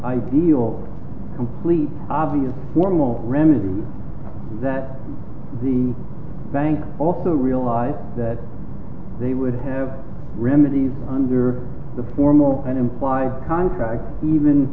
ideal complete obvious one will remedy that the bank also realized that they would have remedies under the formal and implied contract even